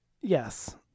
Yes